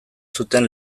zuten